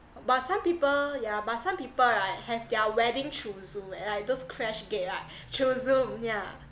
but some people yeah but some people right have their wedding through Zoom eh like those crash gate right through Zoom yeah